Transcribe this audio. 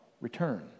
return